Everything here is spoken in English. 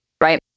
right